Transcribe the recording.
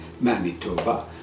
Manitoba